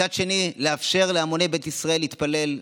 מצד שני, לאפשר להמוני בית ישראל להתפלל.